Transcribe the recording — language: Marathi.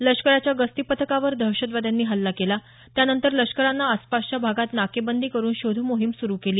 लष्कराच्या गस्ती पथकावर दहशतवाद्यांनी हल्ला केला त्यानंतर लष्करानं आसपासच्या भागात नाकेबंदी करून शोध मोहीम सुरु केली